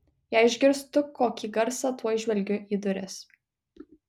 jei išgirstu kokį garsą tuoj žvelgiu į duris